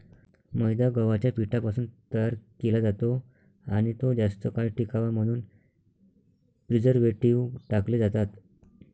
मैदा गव्हाच्या पिठापासून तयार केला जातो आणि तो जास्त काळ टिकावा म्हणून प्रिझर्व्हेटिव्ह टाकले जातात